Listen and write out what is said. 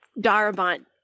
Darabont